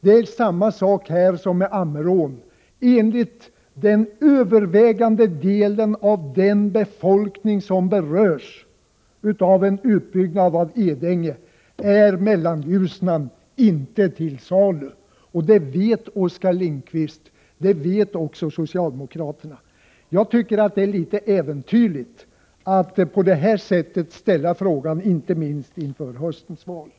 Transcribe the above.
Det är samma sak här som när det gäller Ammerån. Enligt övervägande delen av den befolkning som berörs av en utbyggnad av Edänge är Mellanljusnan inte till salu — det vet Oskar Lindkvist och socialdemokraterna. Jag tycker att det inte minst inför höstens val är litet äventyrligt att ställa frågan på det här sättet.